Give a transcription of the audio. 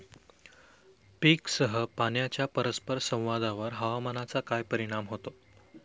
पीकसह पाण्याच्या परस्पर संवादावर हवामानाचा काय परिणाम होतो?